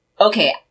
okay